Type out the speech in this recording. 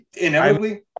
inevitably